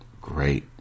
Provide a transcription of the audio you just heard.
great